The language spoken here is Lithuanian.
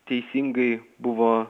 teisingai buvo